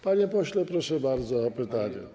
Panie pośle, proszę bardzo, pytanie.